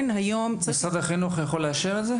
משרד החינוך יכול לאשר את זה?